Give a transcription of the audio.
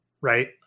right